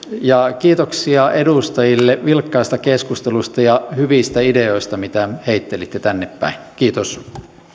ja kiitoksia edustajille vilkkaasta keskustelusta ja hyvistä ideoista mitä heittelitte tännepäin kiitos